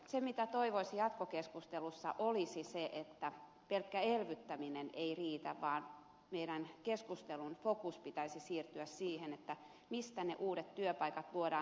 se mitä toivoisi jatkokeskustelussa olisi se että pelkkä elvyttäminen ei riitä vaan meidän keskustelumme fokuksen pitäisi siirtyä siihen mistä ne uudet työpaikat luodaan